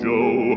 Joe